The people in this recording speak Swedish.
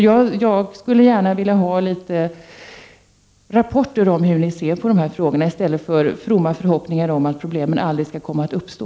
Jag skulle gärna vilja få litet rapporter om hur ni ser på de här frågorna, i stället för fromma förhoppningar att problemen aldrig skall komma att uppstå.